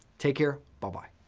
take care. bye-bye.